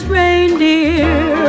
reindeer